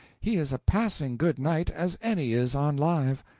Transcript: he is a passing good knight as any is on live.